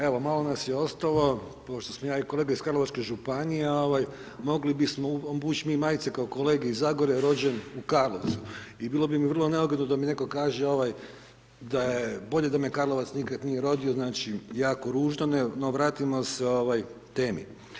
Evo, malo nas je ostalo, pošto smo ja i kolega iz Karlovačke županije, mogli bismo obući mi majice kao kolege iz Zagore, Rođen u Karlovcu, i bilo bi mi vrlo neugodno da mi netko kaže da, bolje da me Karlovac nikada nije rodio, znači, jako ružno, no vratimo se temi.